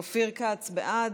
אופיר כץ, בעד,